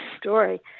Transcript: story